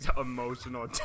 emotional